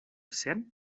cent